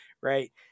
right